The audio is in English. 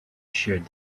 sheared